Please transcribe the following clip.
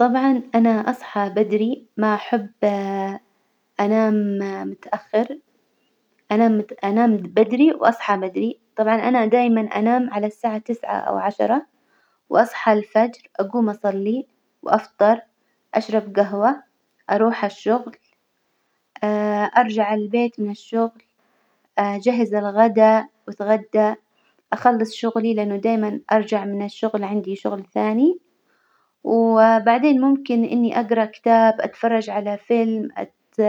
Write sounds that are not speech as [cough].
طبعا أنا أصحى بدري، ما أحب [hesitation] أنام متأخر، أنام- أنام بدري وأصحى بدري، طبعا أنا دايما أنام على الساعة تسعة أو عشرة، وأصحى الفجر، أجوم أصلي وأفطر، أشرب جهوة، أروح الشغل [hesitation] أرجع البيت من الشغل [hesitation] أجهز الغدا وأتغدى، أخلص شغلي لإنه دايما أرجع من الشغل عندي شغل ثاني، وبعدين ممكن إني أجرا كتاب، أتفرج على فيلم، أت-